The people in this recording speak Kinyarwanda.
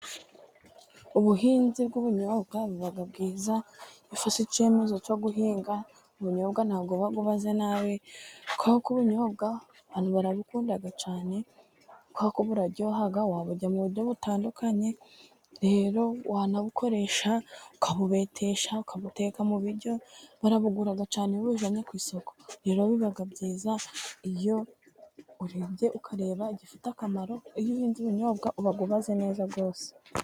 Ubuhinzi bw'ubunyobwa buba bwiza, iyo ufashe icyemezo cyo guhinga ubunyobwa ntabwo uba ubaze nabi, kubera ko ubunyobwa abantu barabukunda cyane, kubera ko buraryoha waburya mu buryo butandukanye, rero wanabukoresha ukabubetesha ukabuteka mu biryo, barabugura cyane iyo ubujyane ku isoko. Ibyo rero biba byiza iyo urebye ukareba igifite akamaro, iyo uhinze ubunyobwa uba ubaze neza rwose.